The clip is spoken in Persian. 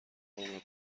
عمرت